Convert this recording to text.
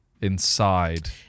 inside